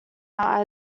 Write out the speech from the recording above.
out